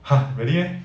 !huh! really meh